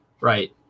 right